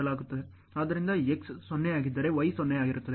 ಆದ್ದರಿಂದ X 0 ಆಗಿದ್ದರೆ Y 0 ಆಗಿರುತ್ತದೆ